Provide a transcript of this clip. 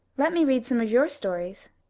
let me read some of your stories.